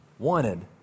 Wanted